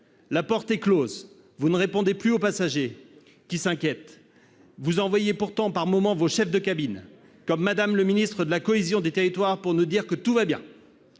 La porte est close ; vous ne répondez plus aux passagers, qui s'inquiètent ! Vous envoyez pourtant par moment vos chefs de cabine, comme Mme le ministre de la cohésion des territoires, pour nous dire que tout va bien,